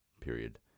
period